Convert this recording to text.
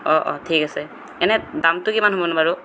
অঁ অঁ ঠিক আছে এনে দামটো কিমান হ'বনো বাৰু